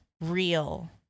real